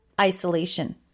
isolation